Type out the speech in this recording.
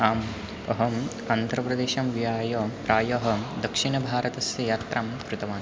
आम् अहम् आन्ध्रप्रदेशं विहाय प्रायः दक्षिणभारतस्य यात्रां कृतवान्